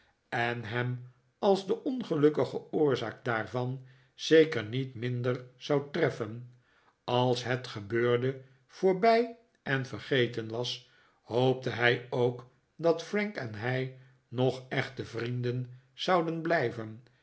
en hem als de ongelukkige oorzaak daarvan zeker niet minder zou treffen als het gebeurde voorbij en vergeten was hoopte hij ook dat frank en hij nog echte vrienden zouden blijven